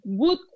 good